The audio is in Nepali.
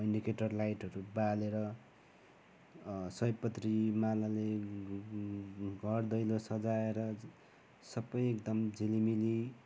इन्डिकेटर लाइटहरू बालेर सयपत्री मालाले घर दैलो सजाएर सबै एकदम झिलिमिली